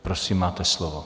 Prosím, máte slovo.